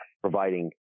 providing